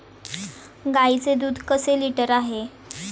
गाईचे दूध कसे लिटर आहे?